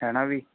ਹੈ ਨਾ ਵੀ